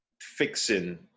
fixing